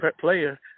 player